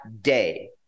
day